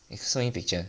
you got so many picture